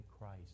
Christ